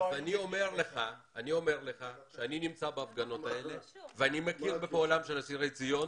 אז אני אומר לך שאני נמצא בהפגנות האלה ואני מכיר בפועלם של אסירי ציון,